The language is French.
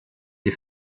les